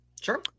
Sure